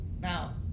Now